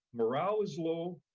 morale is low,